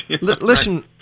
Listen